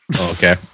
Okay